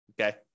okay